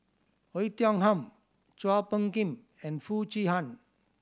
Oei Tiong Ham Chua Phung Kim and Foo Chee San